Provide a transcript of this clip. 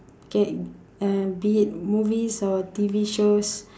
K uh be it movies or T_V shows